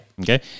Okay